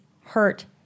hurt